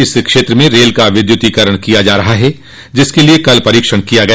इस क्षेत्र में रेल का विद्युतीकरण किया जा रहा है जिसके लिए कल परीक्षण किया गया